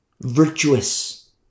Virtuous